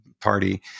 party